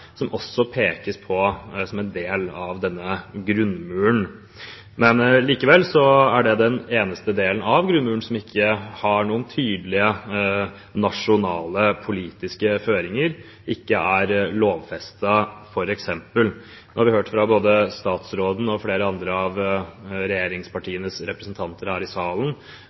som også pekes på som en del av denne grunnmuren. Likevel er det den eneste delen av grunnmuren som ikke har noen tydelige nasjonale politiske føringer, ikke er lovfestet f.eks. Nå har vi hørt fra både statsråden og flere andre av regjeringspartienes representanter her i salen